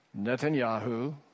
Netanyahu